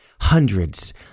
Hundreds